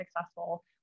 successful